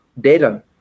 data